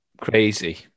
Crazy